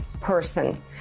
person